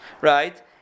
Right